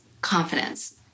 confidence